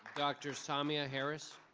dr. samia harris.